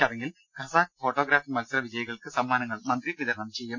ചടങ്ങിൽ Khasak photography മത്സര വിജയികൾക്കുള്ള സമ്മാനങ്ങൾ മന്ത്രി വിതരണം ചെയ്യും